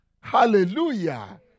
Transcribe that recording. Hallelujah